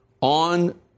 on